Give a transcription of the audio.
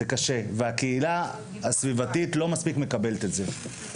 הקהילה הסביבתית לא מספיק מקבלת את זה.